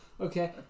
Okay